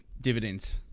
dividends